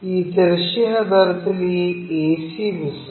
ഈ തിരശ്ചീന തലത്തിൽ ഈ ac വിശ്രമിക്കുന്നു